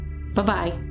Bye-bye